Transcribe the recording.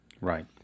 Right